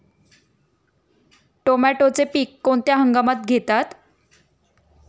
टोमॅटोचे पीक कोणत्या हंगामात घेतात?